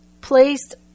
placed